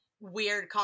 weird